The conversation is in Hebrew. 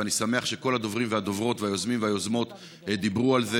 ואני שמח שכל הדוברים והדוברות והיוזמים והיוזמות דיברו על זה,